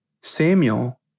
Samuel